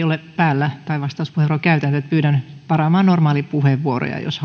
ole päällä pyydän varaamaan normaaleja puheenvuoroja jos